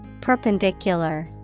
Perpendicular